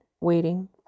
waiting